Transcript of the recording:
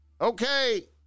Okay